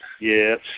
Yes